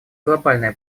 глобальная